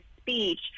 speech